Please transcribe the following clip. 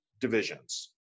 divisions